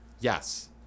yes